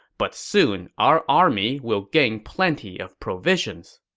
but soon our army will gain plenty of provisions.